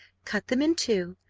cut them in two,